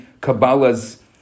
Kabbalah's